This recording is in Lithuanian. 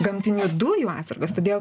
gamtinių dujų atsargas todėl